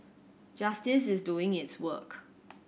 justice is doing its work